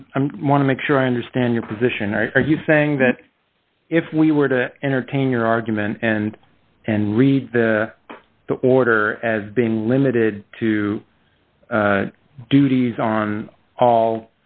just want to make sure i understand your position or are you saying that if we were to entertain your argument and and read the order as being limited to duties on all